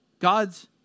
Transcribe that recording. God's